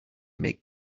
make